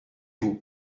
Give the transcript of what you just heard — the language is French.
vous